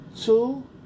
Two